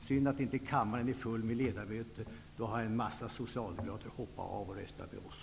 Synd att inte kammaren är full med ledamöter. Då hade en mängd socialdemokrater hoppat av och röstat med oss.